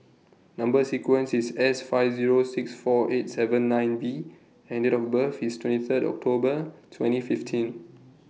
Number sequence IS S five Zero six four eight seven nine V and Date of birth IS twenty Third October twenty fifteen